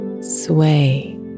sway